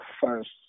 first